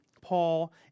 Paul